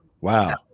Wow